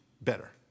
better